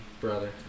brother